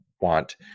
want